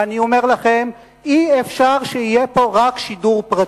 ואני אומר לכם, אי-אפשר שיהיה פה רק שידור פרטי.